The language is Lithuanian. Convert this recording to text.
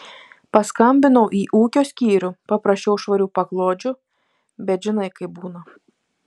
paskambinau į ūkio skyrių paprašiau švarių paklodžių bet žinai kaip būna